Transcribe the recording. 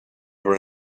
were